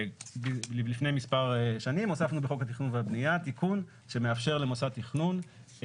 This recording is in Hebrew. לפני כמה שנים הוספנו בחוק התכנון והבנייה תיקון שמאפשר למוסד תכנון,